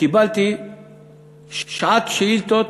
קיבלתי שאילתות